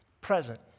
present